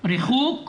ריחוק והיגיינה.